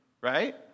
right